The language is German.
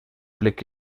blick